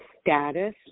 status